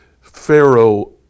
Pharaoh